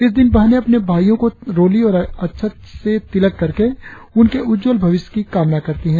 इस दिन बहनें अपनी भाइयों को रोली और अक्षत से तिलक करके उनके उज्जवल भविष्य की कामना करती है